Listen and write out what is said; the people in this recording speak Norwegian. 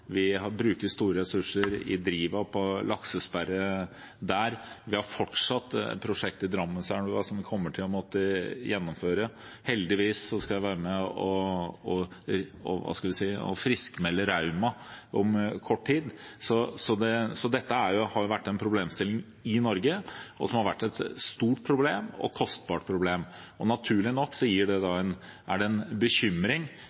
Vi har fått på plass igjen laksen i Vefsna. Vi bruker store ressurser i Driva på laksesperre. Vi har fortsatt prosjekt i Drammenselva som vi kommer til å måtte gjennomføre. Heldigvis skal jeg være med og friskmelde Rauma om kort tid. Dette har vært en problemstilling i Norge. Det har vært et stort problem og et kostbart problem. Naturlig nok er det bekymring over at Vänern-laksen har det, og hvordan vi skal kunne avgrense det, dersom vi kommer så